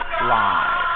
live